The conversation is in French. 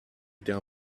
était